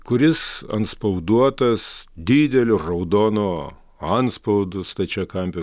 kuris antspauduotas dideliu raudonu antspaudu stačiakampiu